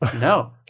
No